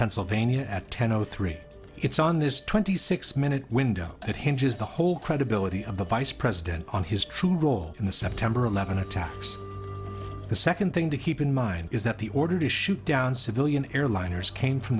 pennsylvania at ten o three it's on this twenty six minute window it hinges the whole credibility of the vice president on his true role in the september eleventh attacks the second thing to keep in mind is that the order to shoot down civilian airliners came from